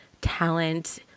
talent